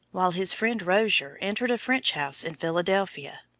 while his friend rozier entered a french house in philadelphia.